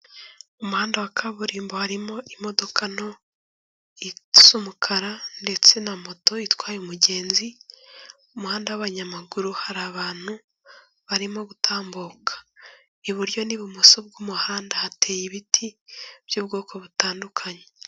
Umuhanda wa kaburimbo harimo imodoka nto z'umukara ndetse na moto itwaye umugenzi umuhanda wa'abanyamaguru hari abantu barimo gutambuka iburyo n'ibumoso bw'umuhanda hateye ibiti by'ubwoko butandukanye.